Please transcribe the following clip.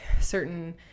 certain